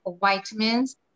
vitamins